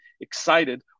Excited